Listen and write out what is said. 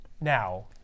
Now